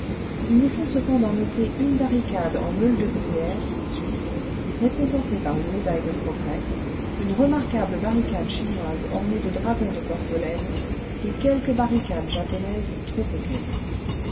ii nous faut cependant noter une barricade en meules de gruyère suisse récompensée par une médaille de progrès une remarquable barricade chinoise ornée de dragons de porcelaine et quelques barricades japonaises trop coquettes